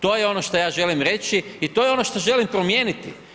To je ono što ja želim reći i to je ono što želim promijeniti.